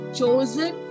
chosen